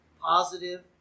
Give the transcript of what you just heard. positive